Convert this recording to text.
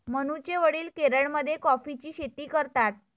मनूचे वडील केरळमध्ये कॉफीची शेती करतात